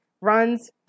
runs